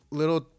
little